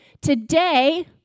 Today